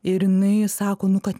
ir jinai sako nu kad